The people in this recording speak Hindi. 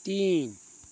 तीन